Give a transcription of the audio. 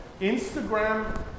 Instagram